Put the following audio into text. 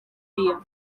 cria